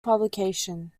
publication